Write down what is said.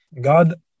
God